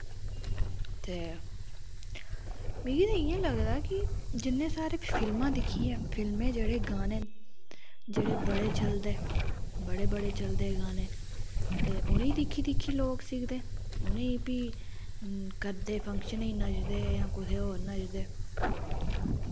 ते मिगी ते इंया लगदा कि जिन्ने सारें फिल्मां दिक्खियै जिन्ने गाने न जेह्ड़े बड़े चलदे बड़े बड़े चलदे न गाने ते उनेंगी दिक्खी दिक्खी लोग सिखदे उनें ई भी करदे फंक्शनें ई भी नचदे ते होर नच्चदे